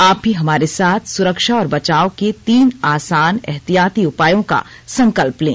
आप भी हमारे साथ सुरक्षा और बचाव के तीन आसान एहतियाती उपायों का संकल्प लें